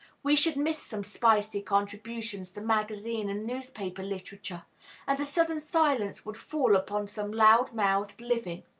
we should miss some spicy contributions to magazine and newspaper literature and a sudden silence would fall upon some loud-mouthed living.